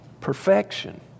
Perfection